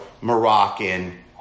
Moroccan